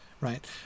right